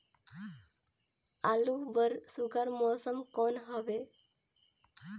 आलू बर सुघ्घर मौसम कौन हवे?